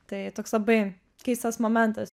tai toks labai keistas momentas